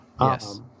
Yes